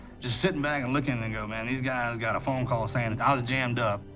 just sitting back and looking, and go, man, these guys got a phone call saying i was jammed up,